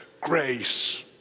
grace